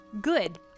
Good